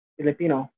Filipino